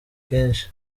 kenshi